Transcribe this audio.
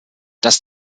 das